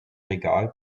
regal